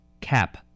Cap